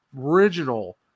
original